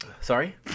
Sorry